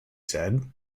said